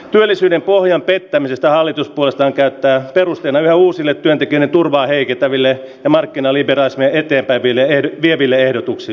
työllisyyden pohjan peittämisestä hallitus puolestaan käyttää perusteena ja uusine pentikäinen turvaa heikentäville markkinaliberalismin eteenpäinvieneet kepillä ehdotuksen